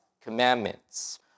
commandments